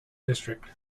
district